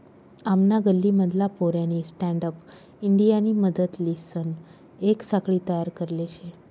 आमना गल्ली मधला पोऱ्यानी स्टँडअप इंडियानी मदतलीसन येक साखळी तयार करले शे